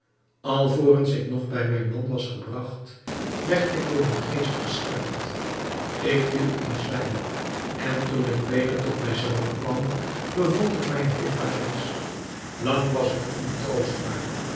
alvorens ik nog bij mijn man was gebragt werd ik door een geest geschaakt ik viel in zwijm en toen ik weder tot mij zelve kwam bevond ik mij in dit paleis lang was ik ontroostbaar